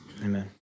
Amen